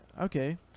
okay